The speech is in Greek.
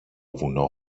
βουνό